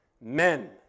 men